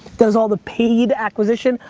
does all the paid acquisition.